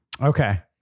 Okay